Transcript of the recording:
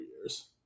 years